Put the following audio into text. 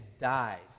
dies